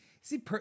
see